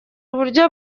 uburyo